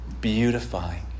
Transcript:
Beautifying